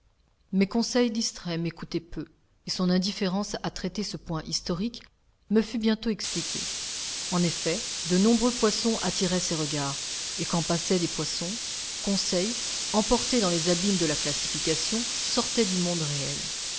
mais conseil distrait m'écoutait peu et son indifférence à traiter ce point historique me fut bientôt expliquée en effet de nombreux poissons attiraient ses regards et quand passaient des poissons conseil emporté dans les abîmes de la classification sortait du monde réel